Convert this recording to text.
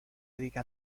dedica